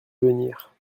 venir